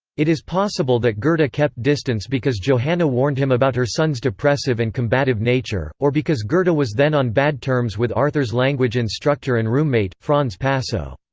it is possible that goethe kept distance because johanna warned him about her son's depressive and combative nature, or because goethe but was then on bad terms with arthur's language instructor and roommate, franz passow.